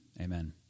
Amen